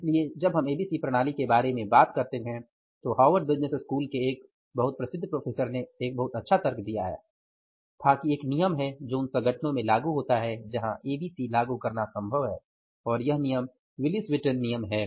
इसलिए जब हम एबीसी प्रणाली के बारे में बात करते हैं तो हार्वर्ड बिजनेस स्कूल के एक बहुत प्रसिद्ध प्रोफेसर ने एक बहुत अच्छा तर्क दिया था कि एक नियम है जो उन संगठनों में लागू होता है जहां एबीसी लागू करना संभव है और वह नियम विली स्वीटन नियम है